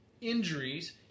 injuries